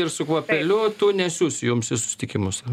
ir su kvapeliu tų nesiųs jums į susitikimus